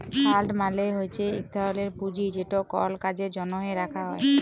fund মালে হছে ইক ধরলের পুঁজি যেট কল কাজের জ্যনহে রাখা হ্যয়